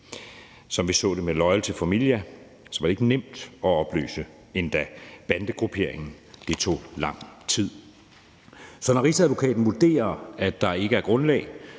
Som vi så det med Loyal To Familia, var det endda ikke nemt at opløse bandegrupperingen, og det tog lang tid. Så når Rigsadvokaten vurderer, at der ikke er et grundlag